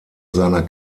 seiner